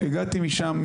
הגעתי משם,